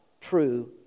true